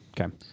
Okay